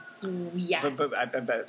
Yes